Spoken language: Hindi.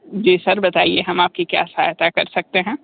जी सर बताइए हम आपकी क्या सहायता कर सकते हैं